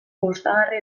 gustagarri